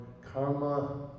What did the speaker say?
Karma